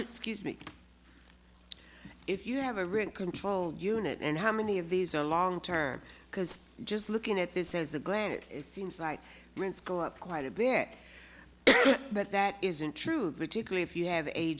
skews me if you have a rent control unit and how many of these are long term because just looking at this as a glance it seems like rents go up quite a bit but that isn't true particularly if you have a